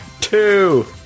Two